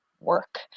work